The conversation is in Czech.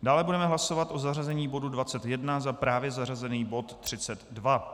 Dále budeme hlasovat o zařazení bodu 21 za právě zařazený bod 32.